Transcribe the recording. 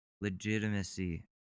legitimacy